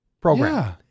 program